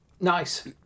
Nice